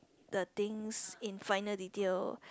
the things in finer detail